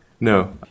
No